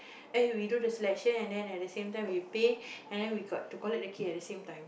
and we we do the selection and the same time we pay and then we got to collect the key at the same time